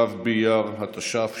ו' באייר התש"ף,